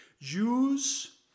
Jews